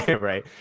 Right